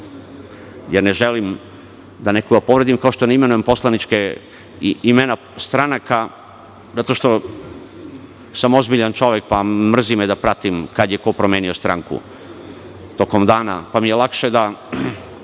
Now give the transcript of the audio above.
Ne želim nekoga da povredim, kao što ne imenujem imena stranaka zato što sam ozbiljan čovek, pa me mrzi da pratim kada je ko promenio stranku tokom dana, pa mi je lakše da